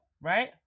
Right